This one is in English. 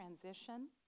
transition